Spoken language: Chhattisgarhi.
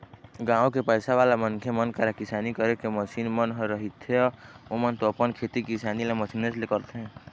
गाँव के पइसावाला मनखे मन करा किसानी करे के मसीन मन ह रहिथेए ओमन तो अपन खेती किसानी ल मशीनेच ले करथे